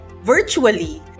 Virtually